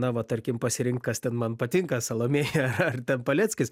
na va tarkim pasirinkt kas ten man patinka salomėja ar ten paleckis